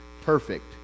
perfect